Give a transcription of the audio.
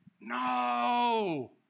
No